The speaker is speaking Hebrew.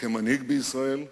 כמנהיג בישראל וכאדם.